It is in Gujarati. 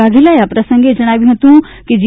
વાઘેલાએ આ પ્રસંગે જણાવ્યું હતું કે જી